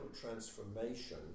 transformation